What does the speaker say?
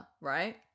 Right